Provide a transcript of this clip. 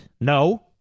No